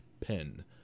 pen